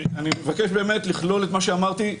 אני מבקש לכלול את מה שאמרתי.